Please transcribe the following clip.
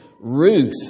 Ruth